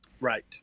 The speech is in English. Right